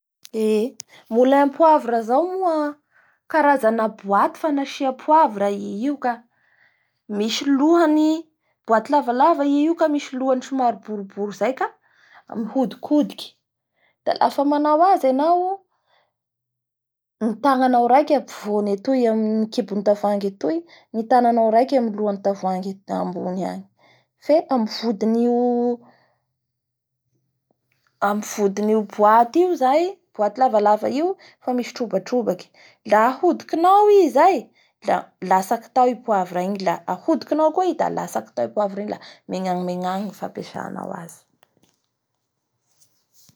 Eee, moulin a poivre zao moa karzana boite fanasia poivre i io ka misy lohany- boite lavalava i io ka misy ohany somary boribory zay ka mihodikodiky da lafa manao azy enao, ny tagananao raiky ampovony atoy amin'ny kibonn'y tavoangy atoy ny tananao raiky amin'ny lohany tavoangy, fe amin'ny vodin'io-amin'ny vodinio boite io zany, boite lavaava io fa misy trobatrobaky la ahodikinao i zay la latsaky tao i poivre igny da ahodikinao koa i da atsaky tao i poivre igny la mengagny megnagny ny fampiasa azy.